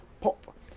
Pop